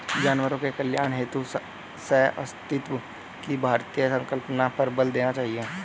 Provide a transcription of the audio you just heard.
जानवरों के कल्याण हेतु सहअस्तित्व की भारतीय संकल्पना पर बल देना चाहिए